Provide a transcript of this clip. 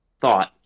thought